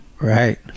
right